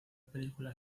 película